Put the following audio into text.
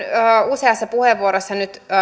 useassa puheenvuorossa nyt